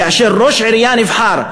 כאשר ראש העירייה נבחר,